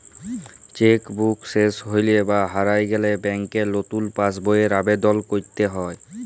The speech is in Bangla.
চ্যাক বুক শেস হৈলে বা হারায় গেলে ব্যাংকে লতুন পাস বইয়ের আবেদল কইরতে হ্যয়